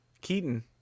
Keaton